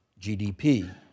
GDP